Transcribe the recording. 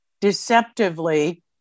deceptively